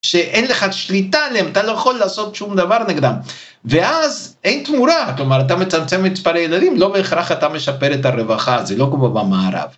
שאין לך שליטה עליהן, אתה לא יכול לעשות שום דבר נגדן. ואז אין תמורה. כלומר, אתה מצמצם את מספר הילדים, לא בהכרח אתה משפר את הרווחה, זה לא כמו במערב.